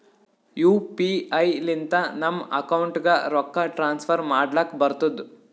you P I ಲಿಂತ ನಮ್ ಅಕೌಂಟ್ಗ ರೊಕ್ಕಾ ಟ್ರಾನ್ಸ್ಫರ್ ಮಾಡ್ಲಕ್ ಬರ್ತುದ್